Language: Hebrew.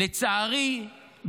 לצערי,